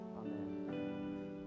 amen